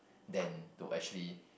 then to actually